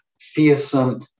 fearsome